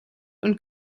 und